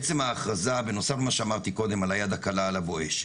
עצם ההכרזה בנוסף למה שאמרתי קודם על היד הקלה על ה"בואש",